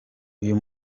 uyu